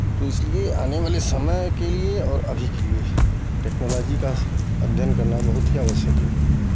तो इसलिए आने वाले समय के लिए और अभी के लिए टेक्नोलॉजी का अध्ययन करना बहुत ही आवश्यक है